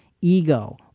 ego